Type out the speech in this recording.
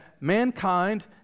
mankind